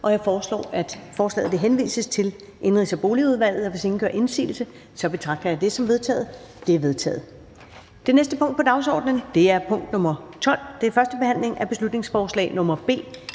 Jeg foreslår, at forslaget henvises til Indenrigs- og Boligudvalget. Hvis ingen gør indsigelse, betragter jeg det som vedtaget. Det er vedtaget. --- Det næste punkt på dagsordenen er: 12) 1. behandling af beslutningsforslag nr.